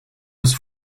was